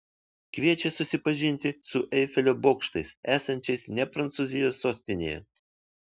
kviečia susipažinti su eifelio bokštais esančiais ne prancūzijos sostinėje